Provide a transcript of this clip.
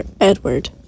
Edward